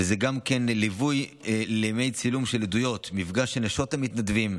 גם ליווי לימי צילום של עדויות ומפגש לנשות המתנדבים,